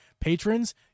Patrons